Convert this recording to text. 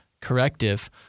corrective